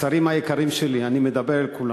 השרים היקרים שלי, אני מדבר אל כולם.